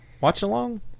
watch-along